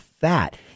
fat